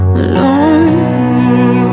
alone